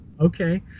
okay